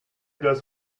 das